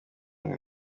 nka